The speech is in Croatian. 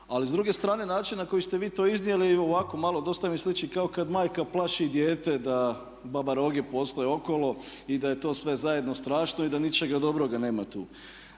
Ali s druge strane način na koji ste vi to iznijeli u ovako malo dosta mi sliči kao kad majka plaši dijete da baba roge postoje okolo i da je to sve zajedno strašno i da ničega dobroga nema tu.